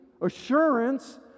assurance